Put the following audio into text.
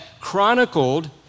chronicled